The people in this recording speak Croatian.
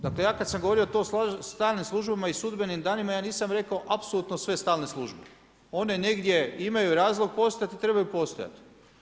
Dakle ja kada sam govorio to stalnim službama i sudbenim danima ja nisam rekao apsolutno sve stalne službe, one negdje imaju razlog postojati i trebaju postojati.